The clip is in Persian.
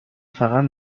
فقط